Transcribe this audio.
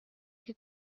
que